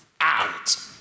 out